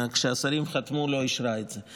וכשהשרים חתמו היא לא אישרה את זה.